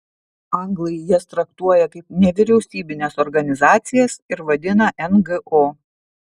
anglai jas traktuoja kaip nevyriausybines organizacijas ir vadina ngo